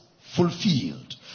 fulfilled